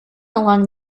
along